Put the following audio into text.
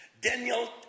Daniel